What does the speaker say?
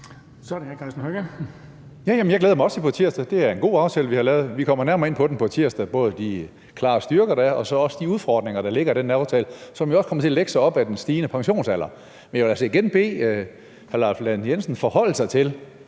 Karsten Hønge (SF): Ja, ja, jeg glæder mig også til på tirsdag. Det er en god aftale, vi har lavet. Vi kommer nærmere ind på den på tirsdag, både i forhold til de klare styrker, der er, og så de udfordringer, der ligger i den aftale, som jo også kommer til at lægge sig op ad den stigende pensionsalder. Men jeg vil da igen bede hr. Leif Lahn Jensen om at forholde sig til,